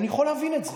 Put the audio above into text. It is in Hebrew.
אני יכול להבין את זה.